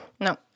No